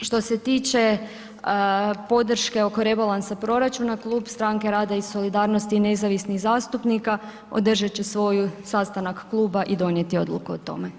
Što se tiče podrške oko rebalansa proračuna Klub Stranke rada i solidarnosti i nezavisnih zastupnika održat će svoj sastanak kluba i donijeti odluku o tome.